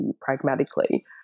pragmatically